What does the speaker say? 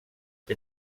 det